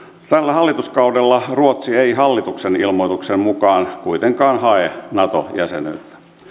hallituskaudella ruotsi ei hallituksen ilmoituksen mukaan kuitenkaan hae nato jäsenyyttä